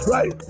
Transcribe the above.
Right